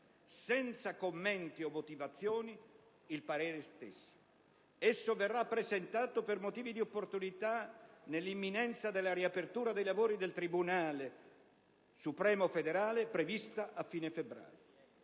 senza commenti o motivazioni il parere stesso. Esso verrà presentato, per motivi di opportunità, nell'imminenza della riapertura dei lavori del Tribunale supremo federale prevista a fine febbraio.